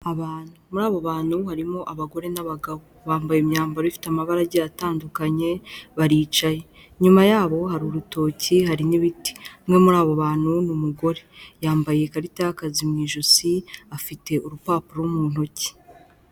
Abantu, muribo bantu harimo abagore n'abagabo bambaye imyambaro ifite amabarage atandukanye, baricaye inyuma yabo hari urutoki hari n'ibiti. Umwe muri abo bantu ni umugore yambaye ikarita y'akazi mu ijosi afite urupapuro mu ntoki.